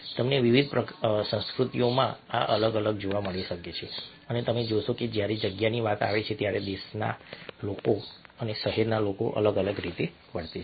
તમને વિવિધ સંસ્કૃતિઓમાં આ અલગ અલગ જોવા મળી શકે છે અને તમે જોશો કે જ્યારે જગ્યાની વાત આવે છે ત્યારે દેશના લોકો અને શહેરના લોકો અલગ રીતે વર્તે છે